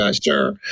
sure